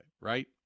right